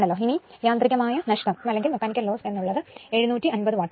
ഇനി യാന്ത്രികമായ നഷ്ടം എന്ന് ഉള്ളത് 750 വാട്ട് ആണ്